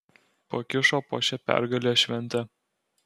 pakišo po šia pergalės švente